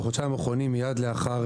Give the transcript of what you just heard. האחרונים, מיד לאחר